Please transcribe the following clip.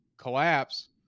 collapse